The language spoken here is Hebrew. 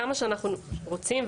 כמה שאנחנו רוצים,